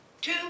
Two